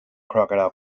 crocodile